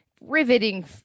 riveting